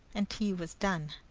and tea was done,